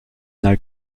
now